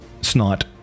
snot